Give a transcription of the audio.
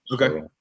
Okay